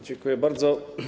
Dziękuję bardzo.